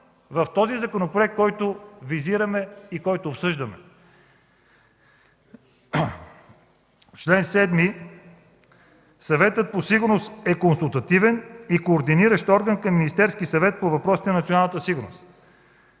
в този законопроект, който визираме, който обсъждаме (чете): „Чл. 7. (1) Съветът по сигурността е консултативен и координиращ орган към Министерския съвет по въпросите на националната сигурност.